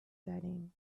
setting